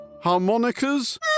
harmonicas